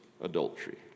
adultery